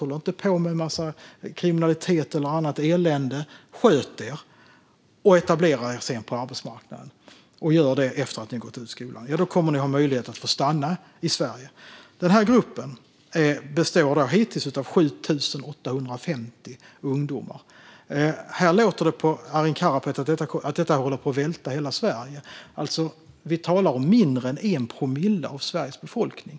Håll inte på med en massa kriminalitet eller annat elände. Sköt er, och etablera er sedan på arbetsmarknaden efter att ni har gått ut skolan. Då kommer ni att ha möjlighet att få stanna i Sverige. Den här gruppen består hittills av 7 850 ungdomar. Här låter det på Arin Karapet som att det håller på att välta hela Sverige. Vi talar om mindre än 1 promille av Sveriges befolkning.